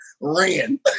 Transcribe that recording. ran